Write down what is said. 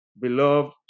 Beloved